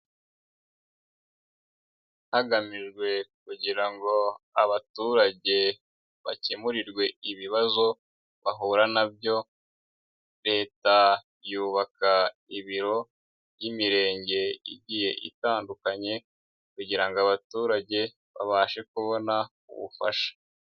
Hagamijwe kugira ngo abaturage bakemurirwe ibibazo bahura na byo, Leta yubaka ibiro by'Imirenge igiye itandukanye kugira ngo abaturage babashe kubona ubufasha.